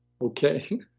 Okay